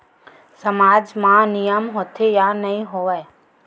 सामाज मा नियम होथे या नहीं हो वाए?